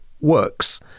works